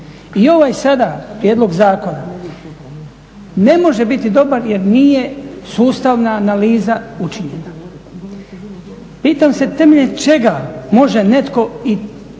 I ovaj sada prijedlog zakona ne može biti dobar jer nije sustavna analiza učinjena. Pitam se temeljem čega može netko i